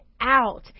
out